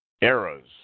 eras